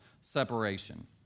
separation